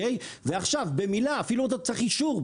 ועכשיו במילה לא צריך אישור,